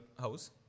house